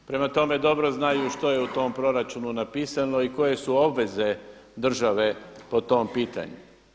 Prema tome dobro znaju što je u tom proračunu napisano i koje su obveze države po tom pitanju.